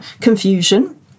confusion